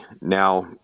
now